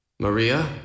Maria